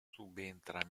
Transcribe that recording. subentra